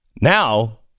Now